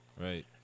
Right